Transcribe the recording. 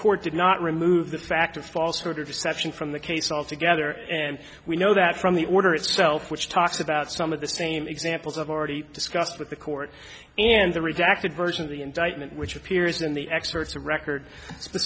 court did not remove the fact of false sort of perception from the case altogether and we know that from the order itself which talks about some of the same examples i've already discussed with the court and the redacted version of the indictment which appears in the experts and record